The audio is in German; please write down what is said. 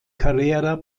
carrera